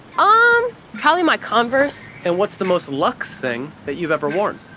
um probably my converse. and what's the most luxe thing that you've ever worn?